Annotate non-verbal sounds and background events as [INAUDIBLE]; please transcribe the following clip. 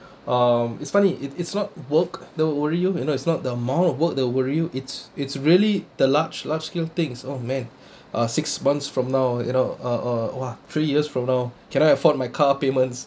um it's funny it's not work that worry you you know it's not the amount of work that worry you it's it's really the large large scale things oh man [BREATH] uh six months from now you know uh uh !wah! three years from now can I afford my car payments